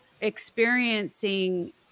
experiencing